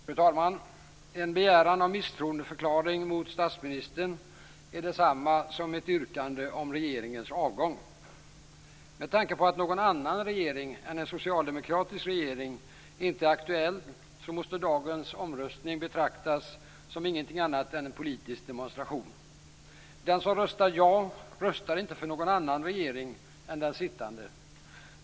Fru talman! En begäran om misstroendeförklaring mot statsministern är detsamma som ett yrkande om regeringens avgång. Med tanke på att någon annan regering än en socialdemokratisk regering inte är aktuell måste dagens omröstning betraktas som ingenting annat än en politisk demonstration. Den som röstar ja röstar inte för någon annan regering än den sittande.